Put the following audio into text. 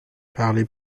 parlez